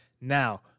Now